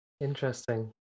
interesting